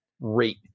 rate